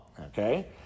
Okay